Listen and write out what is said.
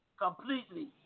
completely